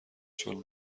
چون